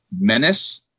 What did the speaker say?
menace